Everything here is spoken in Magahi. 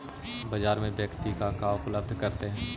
बाजार में व्यक्ति का उपलब्ध करते हैं?